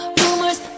rumors